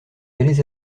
allez